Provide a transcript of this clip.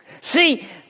See